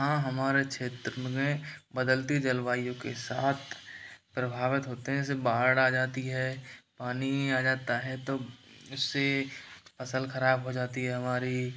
हाँ हमारे क्षेत्र में बदलती जलवायु के साथ प्रभावित होते हैं जैसे बाढ़ आ जाती है पानी आ जाता है तो उससे फसल ख़राब हो जाती है हमारी